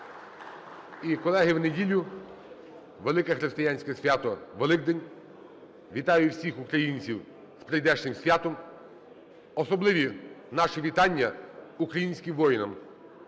І, колеги, в неділю велике християнське свято - Великдень. Вітаю всіх українців з прийдешнім святом. Особливі наші вітання українським воїнам,